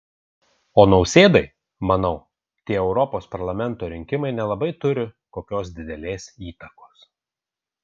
o nausėdai manau tie europos parlamento rinkimai nelabai turi kokios didelės įtakos